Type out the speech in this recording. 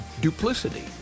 duplicity